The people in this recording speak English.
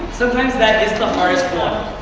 sometimes that is the hardest one.